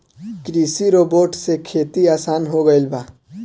कृषि रोबोट से खेती आसान हो गइल बा